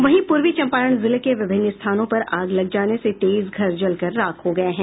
वहीं पूर्वी चंपारण जिले के विभिन्न स्थानों पर आग लग जाने से तेईस घर जलकर राख हो गये हैं